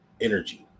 energy